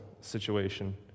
situation